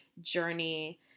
journey